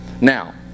Now